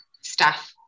staff